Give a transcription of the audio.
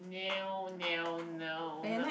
no no no no